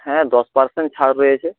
হ্যাঁ দশ পার্সেন্ট ছাড় রয়েছে